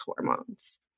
hormones